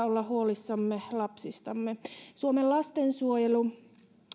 olla huolissamme lapsistamme suomen lastensuojelu